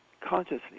consciously